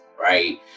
right